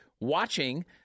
watching